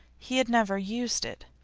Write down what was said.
he had never used it.